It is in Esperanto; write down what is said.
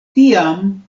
tiam